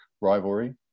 rivalry